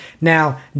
Now